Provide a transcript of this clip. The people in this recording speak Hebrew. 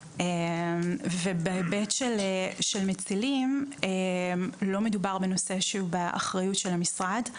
בהיבט של מצילים לא מדובר בנושא שהוא באחריות המשרד.